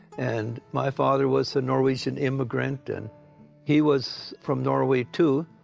and my father was a norwegian immigrant, and he was from norway too.